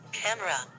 camera